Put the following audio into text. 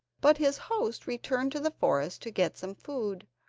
but his host returned to the forest to get some food,